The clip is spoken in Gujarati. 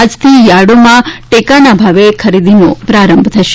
આજથી યાર્ડોમાં ટેકાના ભાવે ખરીદીનો પ્રારંભ થશે